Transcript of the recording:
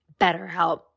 BetterHelp